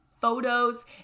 photos